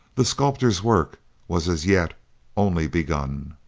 the sculptor's work was as yet only begun.